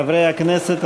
חברי הכנסת,